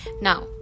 Now